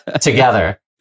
together